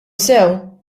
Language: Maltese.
sew